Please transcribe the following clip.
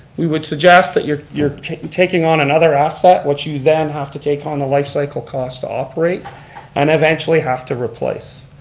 we would suggest that you're you're taking taking on another asset which you then have to take on the life cycle cost to operate and eventually have to replace.